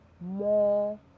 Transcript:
more